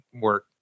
work